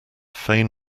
feign